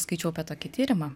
skaičiau apie tokį tyrimą